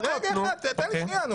תן לי שנייה.